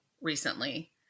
recently